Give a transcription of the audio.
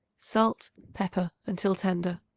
salt, pepper, until tender.